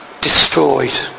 destroyed